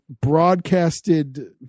broadcasted